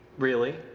really?